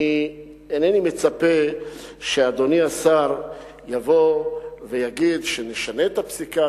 אינני מצפה שאדוני השר יבוא ויגיד שנשנה את הפסיקה,